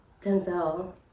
Denzel